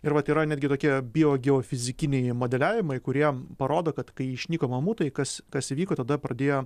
ir vat yra netgi tokie biogeofizikiniai modeliavimai kurie parodo kad kai išnyko mamutai kas kas įvyko tada pradėjo